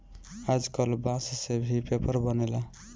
आजकल बांस से भी पेपर बनेला